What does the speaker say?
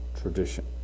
tradition